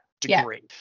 degree